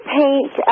paint